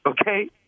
Okay